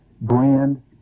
brand